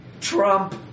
Trump